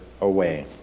away